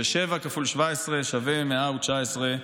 ושבע כפול שבע-עשרה שווה מאה ותשע-עשרה,